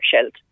shelled